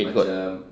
hate god